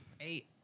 Eight